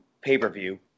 pay-per-view